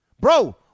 Bro